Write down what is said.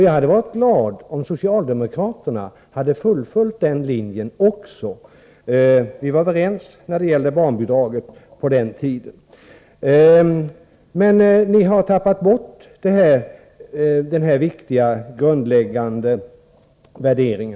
Jag hade varit glad om även socialdemokraterna hade fullföljt den linjen. Vi var överens när det gällde barnbidragen på den tiden. Men ni har tappat bort denna viktiga, grundläggande värdering.